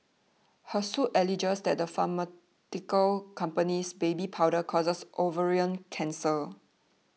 her suit alleges that the pharmaceutical company's baby powder causes ovarian cancer